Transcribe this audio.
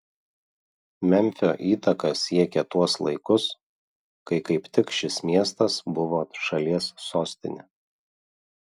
memfio įtaka siekė tuos laikus kai kaip tik šis miestas buvo šalies sostinė